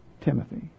Timothy